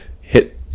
hit